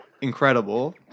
incredible